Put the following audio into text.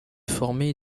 formé